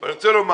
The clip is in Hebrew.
אני רוצה לומר